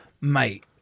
mate